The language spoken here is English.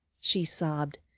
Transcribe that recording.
she sobbed,